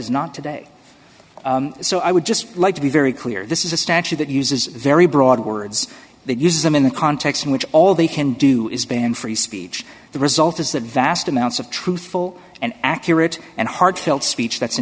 is not today so i would just like to be very clear this is a statute that uses very broad words they use them in the context in which all they can do is ban free speech the result is that vast amounts of truthful and accurate and heartfelt speech that's